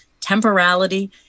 temporality